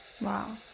Wow